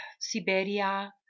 Siberia